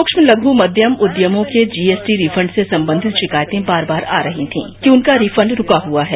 सुक्ष्म लघु मध्यम उद्यमों के जीएसटी रिफंड से संबंधित शिकायतें बार बार आ रही थी कि उनका रिफंड रूका हुआ है